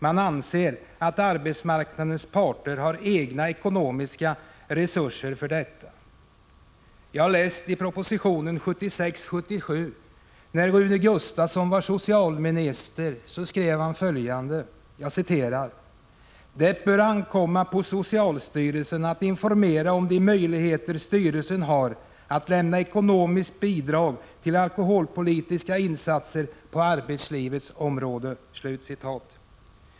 Man anser att arbetsmarknadens parter har egna ekonomiska resurser för detta. I en proposition från 1976/77, då Rune Gustavsson var socialminister, skrevs följande: Det bör ankomma på socialstyrelsen att informera om de möjligheter styrelsen har att lämna ekonomiskt bidrag till alkoholpolitiska insatser på arbetslivets område.